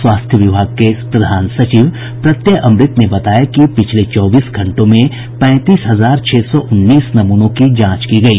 स्वास्थ्य विभाग के प्रधान सचिव प्रत्यय अमृत ने बताया कि पिछले चौबीस घंटों में पैंतीस हजार छह सौ उन्नीस नमूनों की जांच की गयी